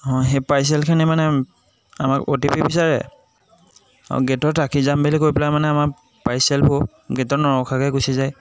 অঁ সেই পাৰ্চেলখিনি মানে আমাক অ' টি পি বিচাৰে আৰু গেটত ৰাখি যাম বুলি কৈ পেলাই মানে আমা পাৰ্চেলবোৰ গেটত নৰখাকৈ গুচি যায়